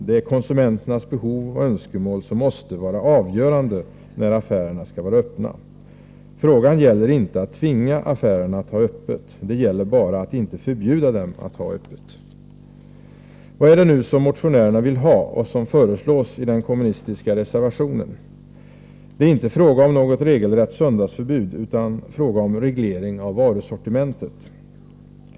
Det är konsumenternas behov och önskemål som måste vara avgörande för när affärerna skall vara öppna. Det gäller inte att tvinga affärerna att ha öppet — det gäller bara att inte förbjuda dem att ha öppet! Vad är det nu som motionärerna vill ha och som föreslås i den kommunistiska reservationen? Det är inte fråga om något regelrätt söndagsförbud utan om en reglering av varusortimentet.